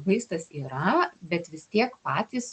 vaistas yra bet vis tiek patys